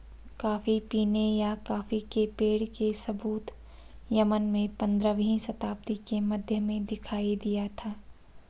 coffee पीने या coffee के पेड़ के सबूत यमन में पंद्रहवी शताब्दी के मध्य में दिखाई दिया था